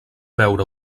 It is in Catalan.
veure